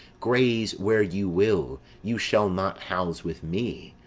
graze where you will, you shall not house with me.